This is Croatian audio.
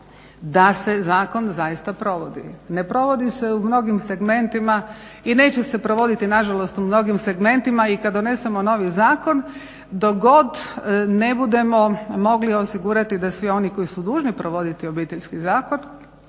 da se zakon zaista provodi. Ne provodi se u mnogim segmentima i neće se provoditi nažalost u mnogim segmentima i kad donesemo novi zakon dok god ne budemo mogli osigurati da svi oni koji su dužni provoditi Obiteljski zakon,